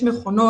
יש מכונות,